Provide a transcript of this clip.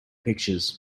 pictures